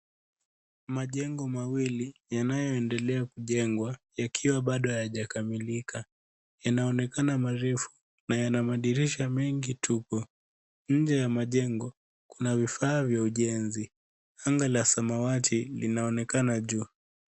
Majengo mawili yanayoendelea kujengwa yakiwa bado hayajakamilika. Yanaonekana marefu na yana madirisha mengi tupu. Nje ya majengo kuna vifaa vya ujenzi. Anga la samawati linaonekana juu.